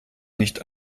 nicht